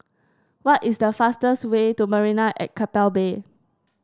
what is the fastest way to Marina at Keppel Bay